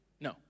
No